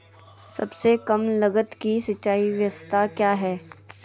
सबसे कम लगत की सिंचाई ब्यास्ता क्या है?